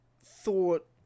thought